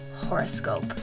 Horoscope